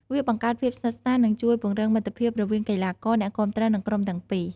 វាបង្កើតភាពស្និទ្ធស្នាល និងជួយពង្រឹងមិត្តភាពរវាងកីឡាករ អ្នកគាំទ្រ និងក្រុមទាំងពីរ។